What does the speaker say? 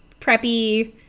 preppy